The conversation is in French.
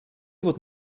votre